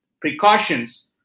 precautions